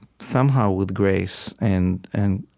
somehow, with grace and and